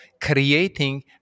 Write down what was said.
creating